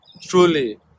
truly